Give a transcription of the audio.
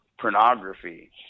pornography